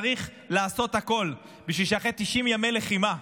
צריך לעשות הכול בשביל שאחרי 90 ימי לחימה,